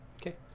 Okay